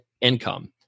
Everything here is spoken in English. income